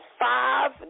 five